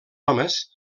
homes